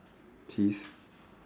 cheese